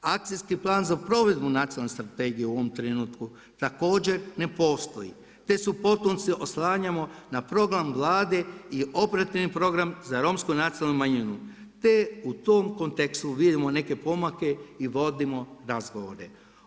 Akcijski plan za provedbu nacionalne strategije ovom trenutku također ne postoji te se potom oslanjamo na program Vlade i operativni program za romsku nacionalnu manjinu, te u tom kontekstu vidimo neke pomake i vodimo razgovore.